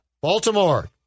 Baltimore